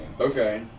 Okay